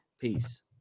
peace